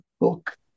book